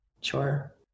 Sure